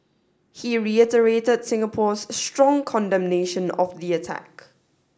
he reiterated Singapore's strong condemnation of the attack